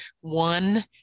one